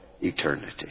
eternity